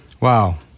Wow